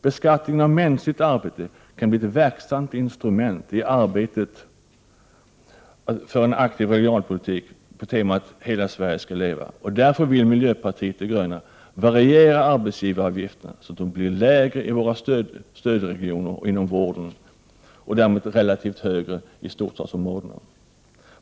Beskattningen av mänskligt arbete kan bli ett verksamt instrument i arbetet för en aktiv regionalpolitik på temat ”Hela Sverige ska leva”, och därför vill miljöpartiet de gröna variera arbetsgivaravgifterna så att de blir lägre i våra stödregioner och inom vården, och därmed relativt högre i storstadsområdena.